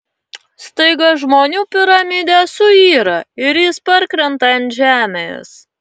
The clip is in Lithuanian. staiga žmonių piramidė suyra ir jis parkrenta ant žemės